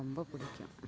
ரொம்ப பிடிக்கும்